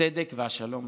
הצדק והשלום